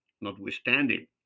notwithstanding